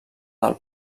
del